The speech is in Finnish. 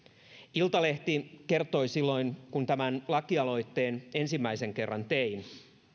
iltalehti kertoi silloin kun tämän lakialoitteen ensimmäisen kerran tein